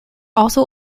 also